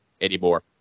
anymore